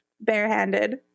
barehanded